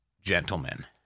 gentlemen